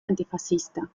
antifascista